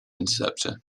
interceptor